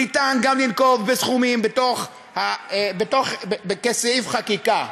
ניתן גם לנקוב בסכומים כסעיף חקיקה.